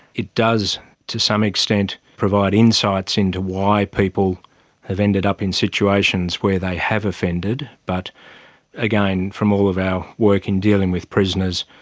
it does to some extent provide insights into why people have ended up in situations where they have offended. but again, from all of our work in dealing with prisoners,